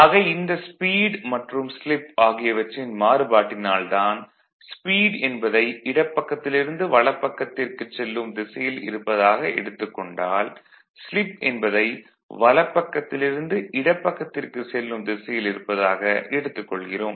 ஆக இந்த ஸ்பீடு மற்றும் ஸ்லிப் ஆகியவற்றின் மாறுபாட்டினால் தான் ஸ்பீட் என்பதை இடப்பக்கத்திலிருந்து வலப்பக்கத்திற்கு செல்லும் திசையில் இருப்பதாக எடுத்துக் கொண்டால் ஸ்லிப் என்பதை வலப்பக்கத்திலிருந்து இடப்பக்கத்திற்கு செல்லும் திசையில் இருப்பதாக எடுத்துக் கொள்கிறோம்